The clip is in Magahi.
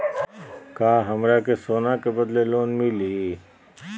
का हमरा के सोना के बदले लोन मिलि?